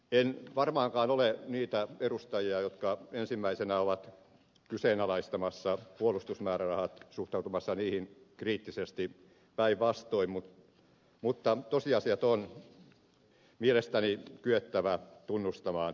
en varmaankaan ole niitä edustajia jotka ensimmäisenä ovat kyseenalaistamassa puolustusmäärärahat suhtautumassa niihin kriittisesti päinvastoin mutta tosiasiat on mielestäni kyettävä tunnustamaan talousasioissakin